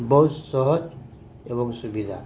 ବହୁତ ସହଜ ଏବଂ ସୁବିଧା